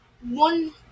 One